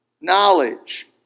knowledge